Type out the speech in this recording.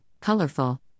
colorful